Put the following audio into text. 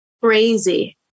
Crazy